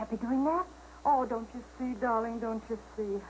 happy doing a lot oh don't you see darling don't you see you